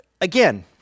again